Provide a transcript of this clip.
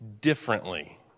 differently